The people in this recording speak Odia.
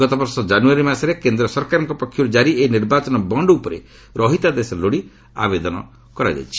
ଗତବର୍ଷ ଜାନୁଆରୀ ମାସରେ କେନ୍ଦ୍ର ସରକାରଙ୍କ ପକ୍ଷରୁ ଜାରି ଏହି ନିର୍ବାଚନ ବଣ୍ଡ ଉପରେ ରହିତାଦେଶ ଲୋଡି ଆବେଦନ କରାଯାଇଛି